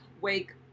wake